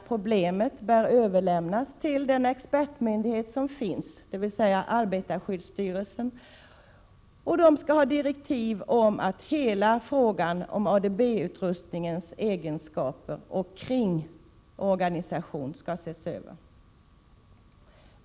Problemet bör överlämnas till expertmyndigheten, dvs. arbetarskyddsstyrelsen, med direktiv om att hela frågan om ADB-utrustningens egenskaper och kringorganisation skall ses över.